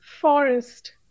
forest